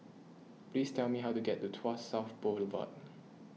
please tell me how to get to Tuas South Boulevard